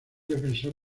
defensor